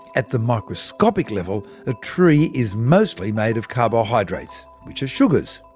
at the microscopic level, a tree is mostly made of carbohydrates, which are sugars.